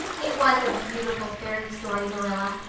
it was a beautiful fairy story, marilla.